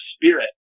spirit